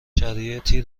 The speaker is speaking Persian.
شرایطی